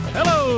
Hello